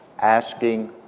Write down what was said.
asking